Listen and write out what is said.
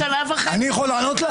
אני יכול לענות?